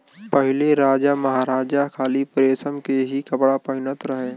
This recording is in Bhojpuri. पहिले राजामहाराजा खाली रेशम के ही कपड़ा पहिनत रहे